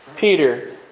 Peter